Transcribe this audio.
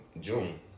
June